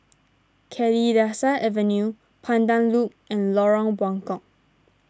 Kalidasa Avenue Pandan Loop and Lorong Buangkok